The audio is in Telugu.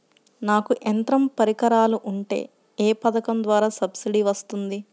నాకు యంత్ర పరికరాలు ఉంటే ఏ పథకం ద్వారా సబ్సిడీ వస్తుంది?